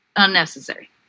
unnecessary